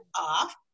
off